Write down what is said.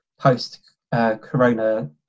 post-corona